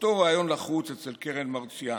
באותו ריאיון לחוץ אצל קרן מרציאנו.